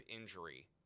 injury